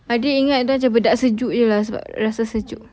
adik ingat dia bedak sejuk saja lah sebab rasa sejuk